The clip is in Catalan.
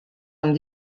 amb